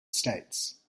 states